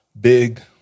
big